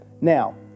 Now